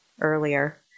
earlier